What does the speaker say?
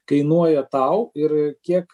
kainuoja tau ir kiek